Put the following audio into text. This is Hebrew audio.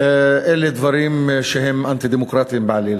אלה דברים שהם אנטי-דמוקרטיים בעליל.